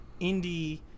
indie